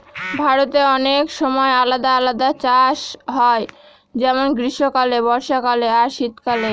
ভারতে অনেক সময় আলাদা আলাদা চাষ হয় যেমন গ্রীস্মকালে, বর্ষাকালে আর শীত কালে